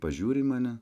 pažiūri į mane